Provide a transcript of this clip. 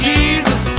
Jesus